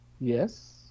yes